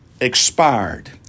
Expired